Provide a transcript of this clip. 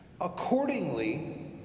Accordingly